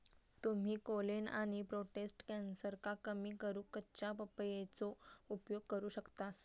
तुम्ही कोलेन आणि प्रोटेस्ट कॅन्सरका कमी करूक कच्च्या पपयेचो उपयोग करू शकतास